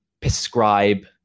prescribe